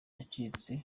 yacitse